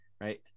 right